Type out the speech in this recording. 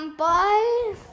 bye